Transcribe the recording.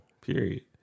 period